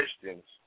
Christians